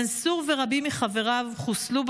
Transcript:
מנסור ורבים מחבריו חוסלו,